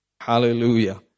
Hallelujah